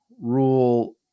Rule